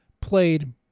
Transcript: played